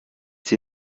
sie